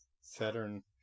Saturn